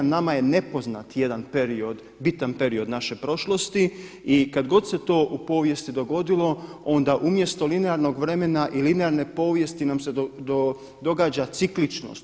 Nama je nepoznat jedan period, bitan period naše prošlosti i kad god se to u povijesti dogodilo onda umjesto linearnog vremena i linearne povijesti nam se događa cikličnost.